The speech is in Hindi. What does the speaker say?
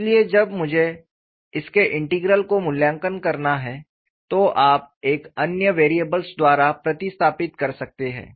इसलिए जब मुझे इसके इंटीग्रल को मूल्यांकन करना है तो आप एक अन्य वेरिएबल द्वारा प्रतिस्थापित कर सकते हैं